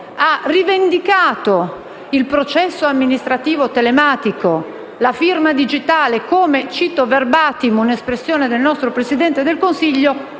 ha rivendicato il processo amministrativo telematico e la firma digitale come - cito *verbatim* un'espressione del nostro Presidente del Consiglio